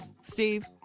Steve